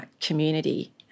community